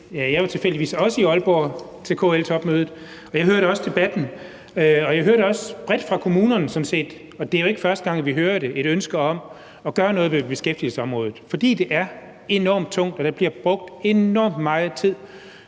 Jeg var tilfældigvis også i Aalborg til KL-topmødet, og jeg hørte også debatten, og jeg hørte sådan set også, at der bredt fra kommunerne – og det er jo ikke første gang, vi hører det – var et ønske om at gøre noget ved beskæftigelsesområdet, fordi det er enormt tungt og der bliver brugt enormt meget tid